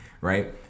right